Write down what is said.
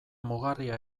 mugarria